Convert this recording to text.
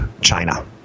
China